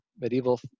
medieval